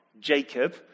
Jacob